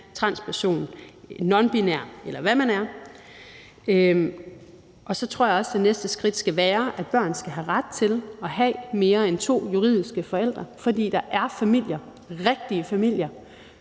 transperson, nonbinær, eller hvad man er. Og så tror jeg også, at et næste skridt skal være, at børn skal have ret til at have mere end to juridiske forældre, for der er familier – rigtige familier